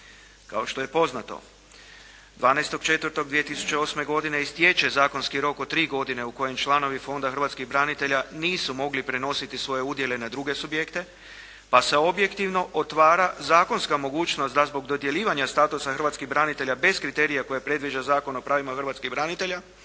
Kao što je poznato, 12.4.2008. istječe zakonski rok od tri godine u kojem članovi Fonda hrvatskih branitelja nisu mogli prenositi svoje udjele na druge subjekte pa se objektivno otvara zakonska mogućnost da zbog dodjeljivanja statusa hrvatskih branitelja bez kriterija koje predviđa Zakon o pravima hrvatskih branitelja